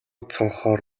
цонхоор